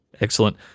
Excellent